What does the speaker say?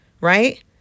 right